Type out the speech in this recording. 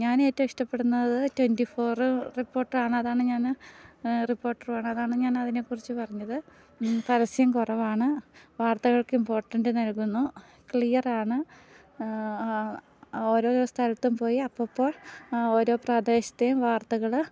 ഞാനേറ്റവും ഇഷ്ടപ്പെടുന്നത് ട്വൻ്റിഫോറ് റിപ്പോട്ടറാണ് അതാണ് ഞാൻ റിപ്പോട്ടറും ആണ് അതാണ് ഞാനതിനെക്കുറിച്ച് പറഞ്ഞത് പരസ്യം കുറവാണ് വാർത്തകൾക്ക് ഇമ്പോർട്ടൻ്റ് നൽകുന്നു ക്ലിയറാണ് ഓരോ സ്ഥലത്തുംപോയി അപ്പപ്പോൾ ഓരോ പ്രദേശത്തേയും വാർത്തകൾ